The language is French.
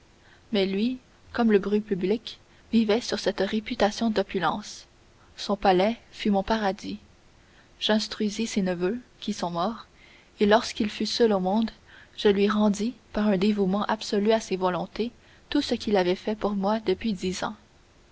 mais lui comme le bruit public vivait sur cette réputation d'opulence son palais fut mon paradis j'instruisis ses neveux qui sont morts et lorsqu'il fut seul au monde je lui rendis par un dévouement absolu à ses volontés tout ce qu'il avait fait pour moi depuis dix ans